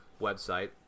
website